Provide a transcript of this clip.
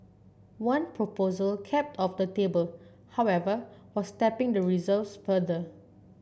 one proposal kept off the table however was tapping the reserves further